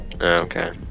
Okay